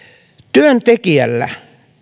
työntekijällä